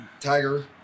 Tiger